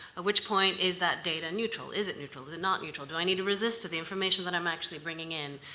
which point is that data neutral? is it neutral? is it not mutual? do i need to resist to the information that i'm actually bringing in?